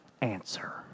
answer